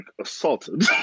assaulted